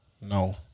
No